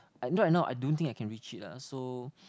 right now I don't think I can reach it ah so